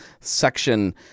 section